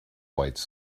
white